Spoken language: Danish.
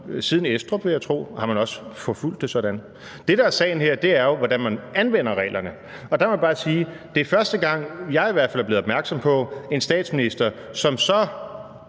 Siden Estrup, vil jeg tro, har man også forfulgt det sådan. Det, der er sagen her, er jo, hvordan man anvender reglerne. Og der må jeg bare sige, at det er første gang, jeg i hvert fald er blevet opmærksom på en statsminister, som så